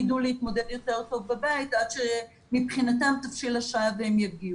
יידעו להתמודד יותר טוב בבית עד שמבחינתם תבשיל השעה והם יגיעו.